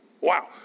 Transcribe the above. Wow